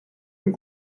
and